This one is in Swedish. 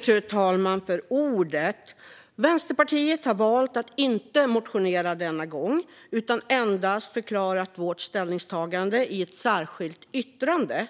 Fru talman! Vänsterpartiet har denna gång valt att inte motionera utan har endast förklarat vårt ställningstagande i ett särskilt yttrande.